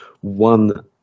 one